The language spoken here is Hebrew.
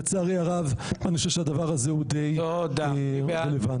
לצערי הרב אני חושב שהדבר הזה הוא די רלוונטי.